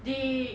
they